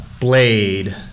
Blade